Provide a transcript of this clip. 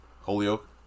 Holyoke